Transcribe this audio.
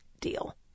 deal